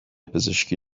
پزشکی